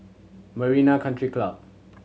Marina Country Club